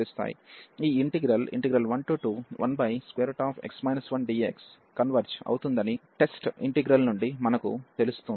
ఈ integral 121x 1dx converge అవుతుందని test integral నుండి మనకు తెలుస్తుంది